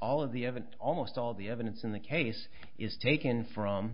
all of the evidence almost all the evidence in the case is taken from